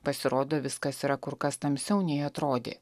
pasirodo viskas yra kur kas tamsiau nei atrodė